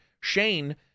Shane